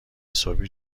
صبحی